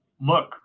look